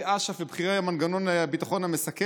אש"ף ובכירי מנגנון הביטחון המסכל.